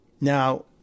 Now